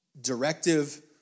directive